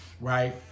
right